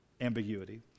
ambiguity